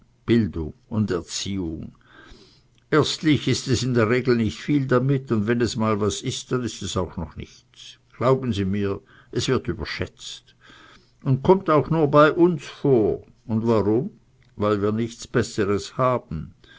bildung und erziehung erstlich ist es in der regel nicht viel damit und wenn es mal was ist dann ist es auch noch nichts glauben sie mir es wird überschätzt und kommt auch nur bei uns vor und warum weil wir nichts besseres haben